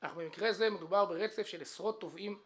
אך במקרה זה מדובר ברצף של עשרות תובעים המעידים,